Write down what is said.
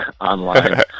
online